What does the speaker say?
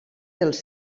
dels